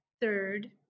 Third